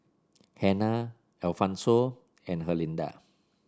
Hannah Alphonso and Herlinda